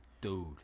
Dude